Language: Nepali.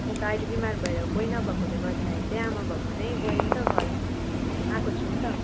अन्त अहिले बिमार भएर कोही नभएकोले गर्दाखेरि चाहिँ आमा भएको नै गए नि त घर आएको छु नि त